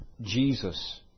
Jesus